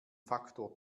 faktor